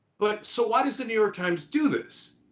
but, so why does the new york times do this?